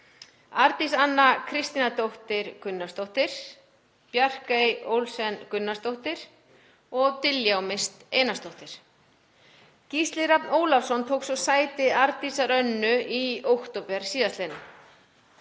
Arndís Anna Kristínardóttir Gunnarsdóttir, Bjarkey Olsen Gunnarsdóttir og Diljá Mist Einarsdóttir, Gísli Rafn Ólafsson tók svo sæti Arndísar Önnu í október síðastliðnum.